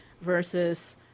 versus